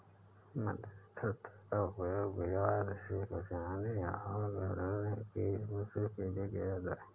मध्यस्थता का उपयोग विवाद से बचने या हल करने की कोशिश के लिए किया जाता हैं